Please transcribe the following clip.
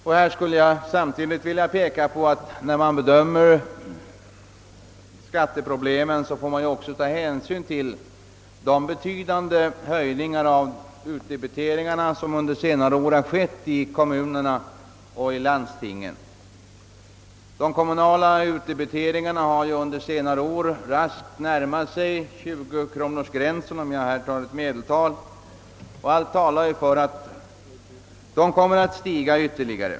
I detta sammanhang skulle jag vilja framhålla att man när man bedömer skatteproblemet också får ta hänsyn till de betydande höjningar av utdebiteringarna som under de senaste åren skett i kommuner och landsting. De kommunala utdebiteringarna har under senare år raskt närmat sig tjugokronorsgränsen, och allt talar för att de kommer att stiga ytterligare.